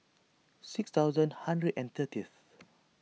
six thousand a hundred and thirtieth